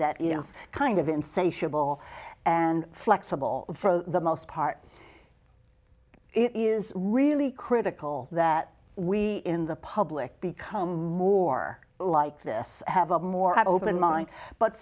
that kind of insatiable and flexible for the most part it is really critical that we in the public become more like this have a more open mind but